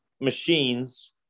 machines